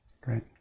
Great